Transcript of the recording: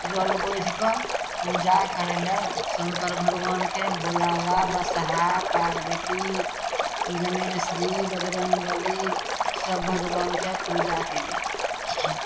जल बोझि कऽ पूजा करय लए शङ्कर भगवानके भोलाबाबा बसहा पार्वती गणेश जी बजरङ्ग बली सब भगवानके पूजा कयलियै